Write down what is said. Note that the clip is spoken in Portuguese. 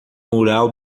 mural